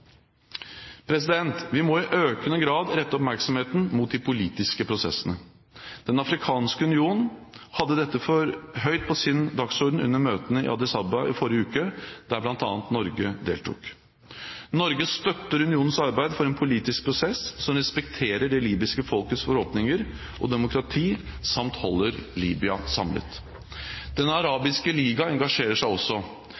Vi må i økende grad rette oppmerksomheten mot de politiske prosessene. Den afrikanske union hadde dette høyt på sin dagsorden under møtene i Addis Abeba i forrige uke, der blant andre Norge deltok. Norge støtter unionens arbeid for en politisk prosess som respekterer det libyske folkets forhåpninger om demokrati, samt holder Libya samlet. Den